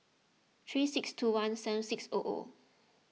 three six two one seven six O O